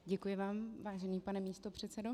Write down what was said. Děkuji vám, vážený pane místopředsedo.